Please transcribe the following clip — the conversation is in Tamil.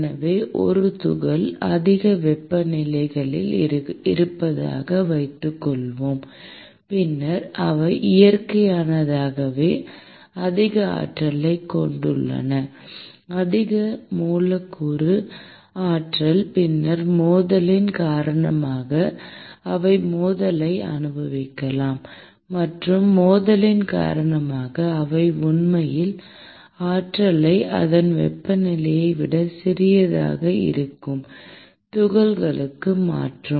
எனவே ஒரு துகள் அதிக வெப்பநிலையில் இருப்பதாக வைத்துக்கொள்வோம் பின்னர் அவை இயற்கையாகவே அதிக ஆற்றலைக் கொண்டுள்ளன அதிக மூலக்கூறு ஆற்றல் பின்னர் மோதலின் காரணமாக அவை மோதலை அனுபவிக்கலாம் மற்றும் மோதலின் காரணமாக அவை உண்மையில் ஆற்றலை அதன் வெப்பநிலையை விட சிறியதாக இருக்கும் துகள்களுக்கு மாற்றும்